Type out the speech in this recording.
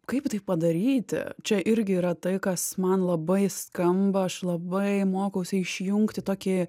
kaip tai padaryti čia irgi yra tai kas man labai skamba aš labai mokausi išjungti tokį